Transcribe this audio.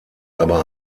aber